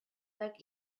like